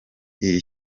iri